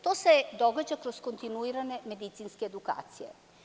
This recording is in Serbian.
To se događa kroz kontinuirane medicinske edukacije.